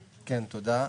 תודה.